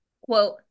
quote